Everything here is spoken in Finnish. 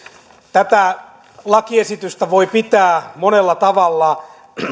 tätä lakiesitystä voi pitää monella tavalla